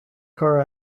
car